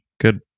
Good